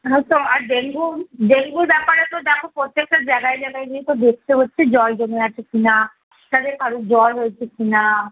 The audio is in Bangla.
হ্যাঁ তো আর ডেঙ্গু ডেঙ্গুর ব্যাপারে তো দেখো প্রত্যেকটা জায়গায় জায়গায় গিয়ে তো দেখতে হচ্ছে জল জমে আছে কি না তাদের কারুর জ্বর হয়েছে কি না